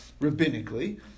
rabbinically